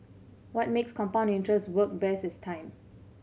what makes compound interest work best is time